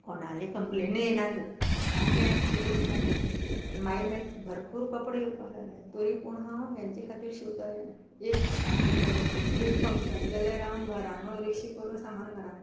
कोणाली कंप्लेनी येनाल्यो तें एक फ्री उरतालें हांव मागीर मे भरपूर कपडे येवपाक लागले तोरी पूण हांव हेंचे खातीर शिवताले एक गणपती एक फंक्शन जाल्यार हांव घरानू रिक्षी करून सामान घरा हाडटालें